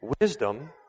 Wisdom